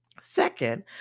Second